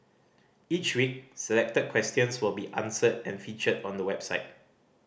each week selected questions will be answered and featured on the website